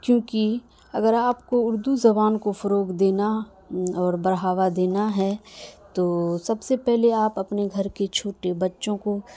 کیوںکہ اگر آپ کو اردو زبان کو فروغ دینا اور بڑھاوا دینا ہے تو سب سے پہلے آپ اپنے گھر کے چھوٹے بچوں کو